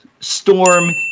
Storm